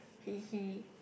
he he